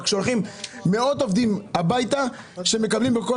אבל כששולחים מאות עובדים הביתה- עובדים שבכל